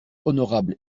honorable